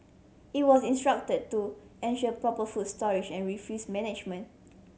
it was instructed to ensure proper food storage and refuse management